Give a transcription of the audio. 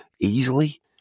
easily